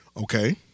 Okay